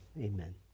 amen